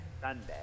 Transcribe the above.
Sunday